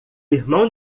irmão